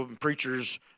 preachers